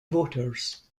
voters